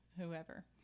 whoever